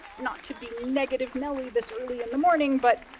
not to be negative nelly this early in the morning, but,